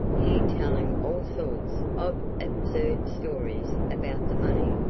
he telling all sorts of absurd stories about the money,